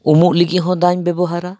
ᱩᱢᱩᱜ ᱞᱟᱹᱜᱤᱫ ᱦᱚᱸ ᱫᱟᱜ ᱤᱧ ᱵᱮᱵᱚᱦᱟᱨᱟ